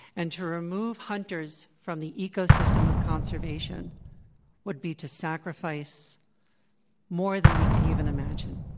and to remove hunters from the ecosystem of conservation would be to sacrifice more than we could even imagine.